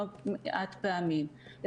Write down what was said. כי מוקד אחיות מאתרים אובדנות ומפנים להתערבות